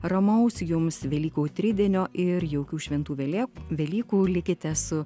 ramaus jums velykų tridienio ir jaukių šventų velėk velykų likite su